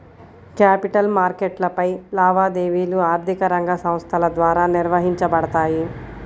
capital మార్కెట్లపై లావాదేవీలు ఆర్థిక రంగ సంస్థల ద్వారా నిర్వహించబడతాయి